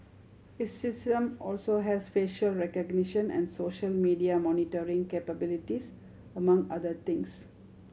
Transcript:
its system also has facial recognition and social media monitoring capabilities among other things